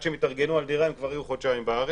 שהן יתארגנו על דירה הן כבר יהיו חודשיים בארץ.